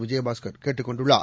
விஜயபாஸ்கர் கேட்டுக் கொண்டுள்ளார்